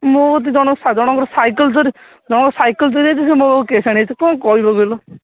ମୋ କତିକି ଜଣକ ଜଣଙ୍କ ସାଇକେଲ ଜଣଙ୍କର ସାଇକେଲ ଚୋରି ହେଇଯାଇଛି ମୋ ପାଖକୁ କେସ୍ ଆଣିକି ଆସିଛି କ'ଣ କହିବ କହିଲ